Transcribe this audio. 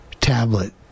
tablet